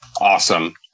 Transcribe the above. awesome